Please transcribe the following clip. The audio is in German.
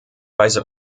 weise